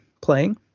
playing